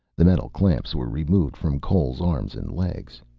the metal clamps were removed from cole's arms and legs.